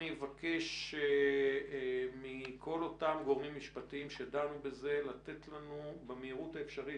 אני מבקש מכול אותם גורמים משפטיים שדנו בזה לתת לנו במהירות האפשרית